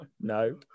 no